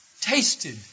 tasted